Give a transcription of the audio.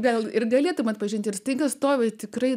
gal ir galėtumei atpažinti ir taigi stovi tikrai